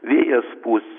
vėjas pūs